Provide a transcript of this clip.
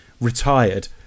retired